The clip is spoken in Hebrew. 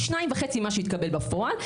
פי 2.5 ממה שהתקבל בפועל,